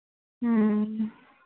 ꯎꯝ